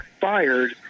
fired